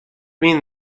mean